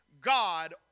God